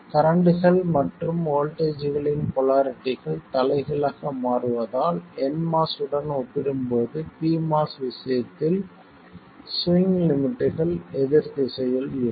கரண்ட்கள் மற்றும் வோல்ட்டேஜ்களின் போலாரிட்டிகள் தலைகீழாக மாறுவதால் nMOS உடன் ஒப்பிடும்போது pMOS விஷயத்தில் ஸ்விங் லிமிட்கள் எதிர்திசையில் இருக்கும்